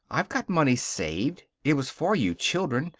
i've got money saved. it was for you children.